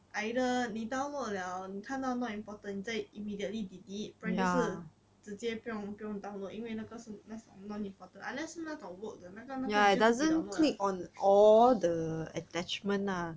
either 你 download liao 你看到 not important 你再 immediately delete 不然就是直接不用不用 download 因为那个是那种 not important unless 那种 work 的那个那个你就自己 download ah